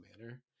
manner